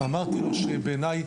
אמרתי לו שבעיניי,